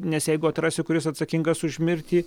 nes jeigu atrasi kuris atsakingas už mirtį